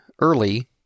early